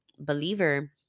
Believer